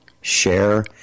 share